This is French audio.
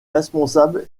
responsable